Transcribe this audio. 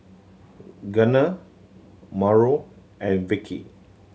Gardner Mauro and Vickie